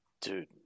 Dude